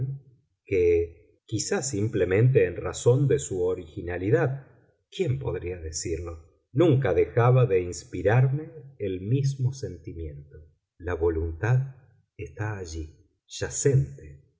quizá simplemente en razón de su originalidad quién podría decirlo nunca dejaba de inspirarme el mismo sentimiento la voluntad está allí yacente